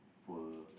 poor